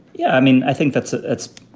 yeah. i mean, i think that's ah that's